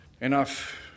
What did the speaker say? enough